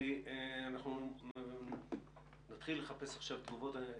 אנחנו נתחיל לחפש עכשיו תשובות.